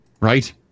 Right